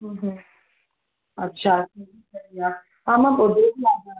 हम्म अच्छा बढ़िया हा मां ॿुधे